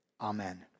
Amen